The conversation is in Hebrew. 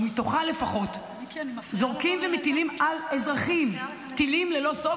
או מתוכה לפחות זורקים ומטילים על אזרחים טילים ללא סוף,